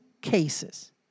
cases